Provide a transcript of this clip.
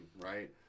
right